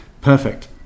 Perfect